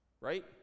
Right